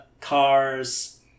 cars